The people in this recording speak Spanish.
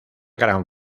gran